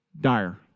dire